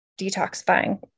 detoxifying